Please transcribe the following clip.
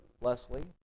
Leslie